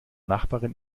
nachbarin